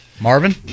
Marvin